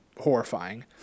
horrifying